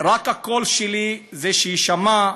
רק הקול שלי הוא שיישמע,